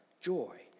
joy